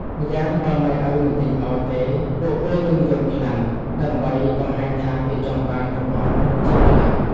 ម្យ៉ាងបើម៉ែឪមិនទិញឲ្យទេពួកគេនឹងរយំខ្លាំង ដើម្បីបង្ហាញថាគេចង់បានរបស់នោះជាខ្លាំង។